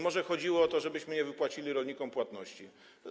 Może chodziło o to, żebyśmy nie wypłacili rolnikom płatności.